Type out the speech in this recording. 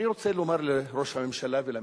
אני רוצה לומר לראש הממשלה ולממשלה: